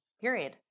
period